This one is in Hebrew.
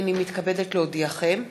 הנני מתכבדת להודיעכם,